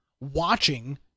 watching